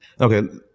Okay